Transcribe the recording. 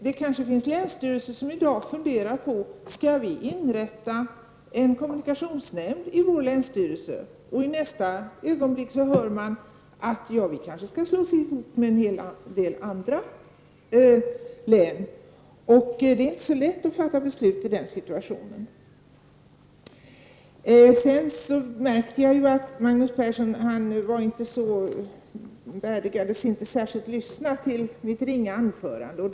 Kanske funderar man i någon länsstyrelse i dag på att inrätta en kommunikationsnämnd inom sitt område. Men i nästa ögonblick sägs det kanske att det blir en hopslagning med en del andra län. Det är inte särskilt lätt att fatta beslut i den situationen. Sedan vill jag säga att jag märkte att Magnus Persson inte bevärdigade mig med att lyssna till mitt ringa anförande särskilt mycket.